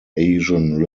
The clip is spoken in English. asian